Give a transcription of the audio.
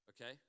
Okay